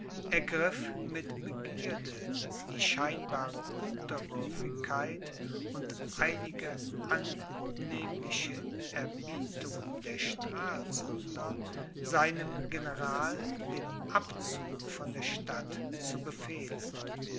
ergriff mit begierde die scheinbare unterwürfigkeit und einige annehmliche erbietungen der stralsunder seinem general den abzug von der stadt zu befehlen